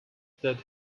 that